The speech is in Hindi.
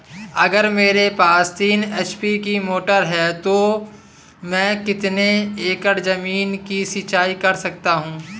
अगर मेरे पास तीन एच.पी की मोटर है तो मैं कितने एकड़ ज़मीन की सिंचाई कर सकता हूँ?